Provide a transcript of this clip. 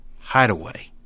hideaway